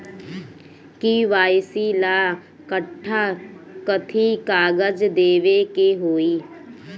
KYC ला कट्ठा कथी कागज देवे के होई?